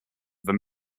than